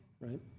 right